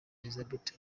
elizabeth